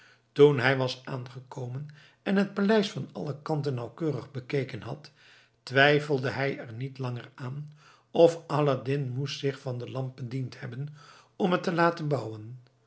toen hij was aangekomen en het paleis van alle kanten nauwkeurig bekeken had twijfelde hij er niet langer aan of aladdin moest zich van de lamp bediend hebben om het te laten bouwen